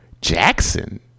Jackson